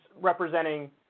representing